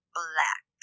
black